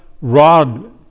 rod